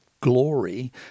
glory